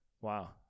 Wow